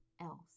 else